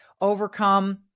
overcome